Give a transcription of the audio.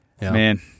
Man